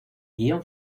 guion